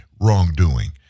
wrongdoing